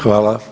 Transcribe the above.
Hvala.